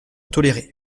tolérer